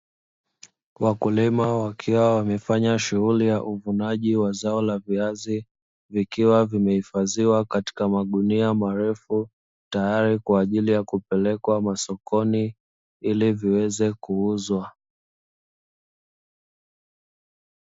Wakulima wakiwa wamefanya shughuli ya uvunaji wa zao la viazi, vikiwa vimehifadhiwa katika magunia marefu, tayari kwa ajili ya kupelekwa masokoni ili viweze kuuzwa.